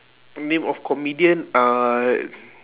name of comedian uh